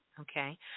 Okay